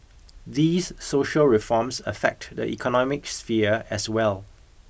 these social reforms affect the economic sphere as well